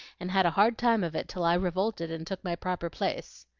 and had a hard time of it till i revolted and took my proper place.